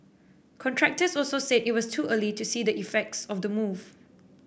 contractors also said it was too early to see the effects of the move